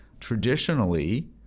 traditionally